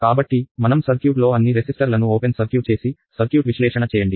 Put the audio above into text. కాబట్టి మనం సర్క్యూట్ లో అన్ని రెసిస్టర్లను ఓపెన్ సర్క్యూట్ చేసి సర్క్యూట్ విశ్లేషణ చేయండి